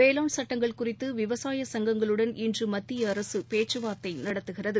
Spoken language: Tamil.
வேளாண் சட்டங்கள் குறிதது விவசாய சங்கங்களுடன் இன்று மத்திய அரசு பேச்சுவார்த்தை நடத்துகிறது